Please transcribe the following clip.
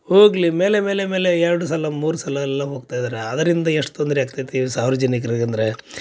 ಹೋಗಲಿ ಮೇಲೆ ಮೇಲೆ ಮೇಲೆ ಎರಡು ಸಲ ಮೂರು ಸಲ ಎಲ್ಲ ಹೋಗ್ತಾ ಇದ್ದಾರ ಅದರಿಂದ ಎಷ್ಟು ತೊಂದರೆ ಆಗ್ತೈತೆ ಸಾರ್ವಜನಿಕ್ರಿಗೆ ಅಂದರೆ